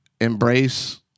embrace